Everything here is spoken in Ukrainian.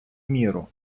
міру